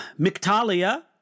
Mictalia